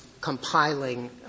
compiling